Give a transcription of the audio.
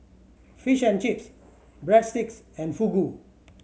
Fish and Chips Breadsticks and Fugu